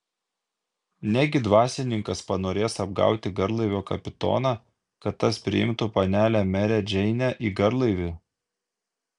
negi dvasininkas panorės apgauti garlaivio kapitoną kad tas priimtų panelę merę džeinę į garlaivį